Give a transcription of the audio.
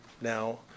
now